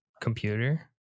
computer